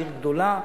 עיר גדולה,